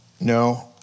No